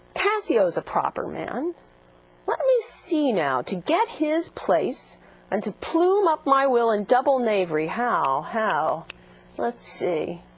cassio is a proper man let me see now to get his place and to plume up my will and double knavery how how let's see